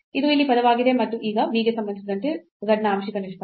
ಇದು ಇಲ್ಲಿ ಪದವಾಗಿದೆ ಮತ್ತು ಈಗ v ಗೆ ಸಂಬಂಧಿಸಿದಂತೆ z ನ ಆಂಶಿಕ ನಿಷ್ಪನ್ನ